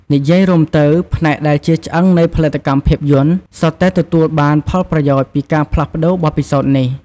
និយាយរួមទៅ ផ្នែកដែលជាឆ្អឹងនៃផលិតកម្មភាពយន្ត សុទ្ធតែទទួលបានផលប្រយោជន៍ពីការផ្លាស់ប្តូរបទពិសោធន៍នេះ។